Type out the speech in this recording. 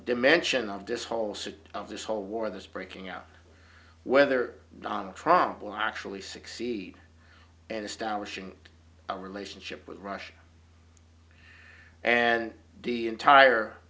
dimension of this whole sort of this whole war this breaking out whether donald trump will actually succeed and establishing a relationship with russia and de entire